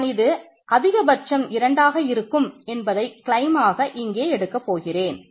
நான் இது அதிகபட்சம் 2 ஆக இருக்கும் என்பதை கிளைம் ஆக இங்கே எடுக்க போகிறேன்